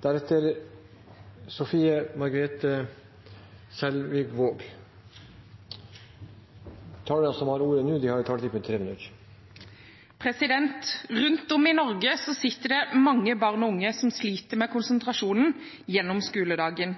som heretter får ordet, har en taletid på inntil 3 minutter. Rundt om i Norge sitter det mange barn og unge som sliter med konsentrasjonen gjennom skoledagen.